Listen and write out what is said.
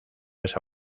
esa